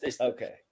Okay